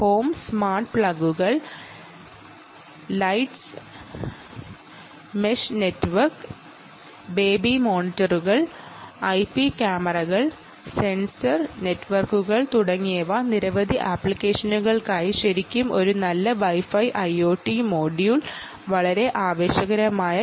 home smart പ്ലഗുകൾ lights mesh network baby മോണിറ്ററുകൾ IP ക്യാമറകൾ സെൻസർ നെറ്റ്വർക്കുകൾ തുടങ്ങിയ നിരവധി അപ്ലിക്കേഷനുകൾക്കായി ശരിക്കും ഒരു നല്ല Wi Fi IoT മൊഡ്യൂൾ ലഭ്യമാണ്